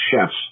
chefs